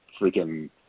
freaking